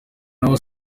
naho